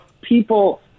people